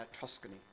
Tuscany